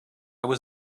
was